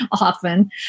often